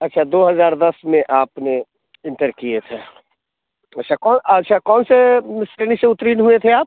अच्छा दो हज़ार दस में आपने इंटर किए थे अच्छा कौन अच्छा कौन से श्रेणी से उत्तीर्ण हुए थे आप